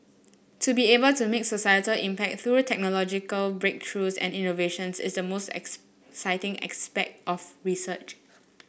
to be able to make a societal impact through technological breakthroughs and innovations is the most ex citing aspect of research